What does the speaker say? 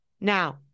now